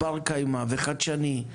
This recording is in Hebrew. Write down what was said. בר קיימא וחדשני,